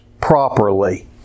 properly